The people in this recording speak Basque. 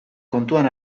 kontuan